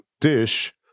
dish